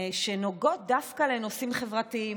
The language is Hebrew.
שנוגעות דווקא לנושאים חברתיים.